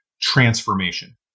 transformation